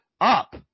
up